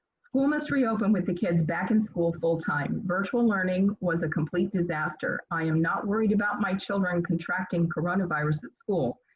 school must reopen with the kids back in school full time. virtual learning was a complete disaster. i am not worried about my children contracting coronavirus at school.